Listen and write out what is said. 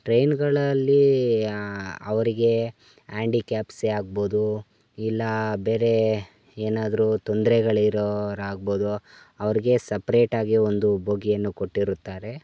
ಟ್ರೈನ್ಗಳಲ್ಲಿ ಅವ್ರಿಗೆ ಆ್ಯಂಡಿಕ್ಯಾಪ್ಸೇ ಆಗ್ಬೋದು ಇಲ್ಲ ಬೇರೆ ಏನಾದರು ತೊಂದರೆಗಳಿರೋರಾಗ್ಬೋದು ಅವ್ರಿಗೆ ಸಪ್ರೇಟಾಗೆ ಒಂದು ಬೋಗಿಯನ್ನು ಕೊಟ್ಟಿರುತ್ತಾರೆ